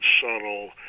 subtle